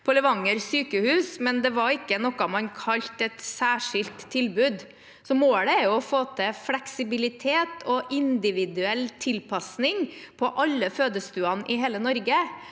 på Levanger sykehus, men det var ikke noe man kalte «særskilt tilbud». Målet er å få til fleksibilitet og individuell tilpasning på alle fødestuene i hele Norge